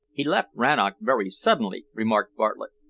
he left rannoch very suddenly, remarked bartlett.